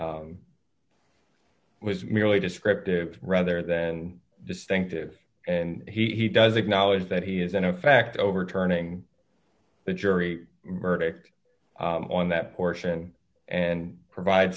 was merely descriptive rather than distinctive and he does acknowledge that he is in effect overturning the jury verdict on that portion and provide